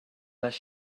les